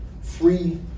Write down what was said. free